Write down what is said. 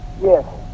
Yes